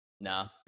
No